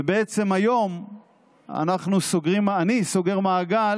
והיום אני סוגר מעגל